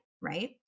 Right